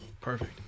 perfect